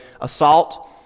assault